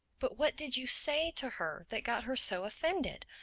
but what did you say to her that got her so offended?